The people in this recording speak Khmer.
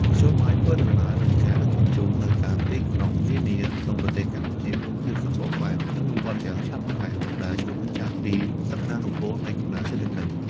មធ្យោបាយធ្វើដំណើរ និងការដឹកជញ្ជូននៅតាមទីក្រុងនានាក្នុងប្រទេសកម្ពុជាមានភាពសម្បូរបែប និងវិវត្តន៍យ៉ាងឆាប់រហ័ស ដែលឆ្លុះបញ្ចាំងពីសក្ដានុពលនៃកំណើនសេដ្ឋកិច្ច។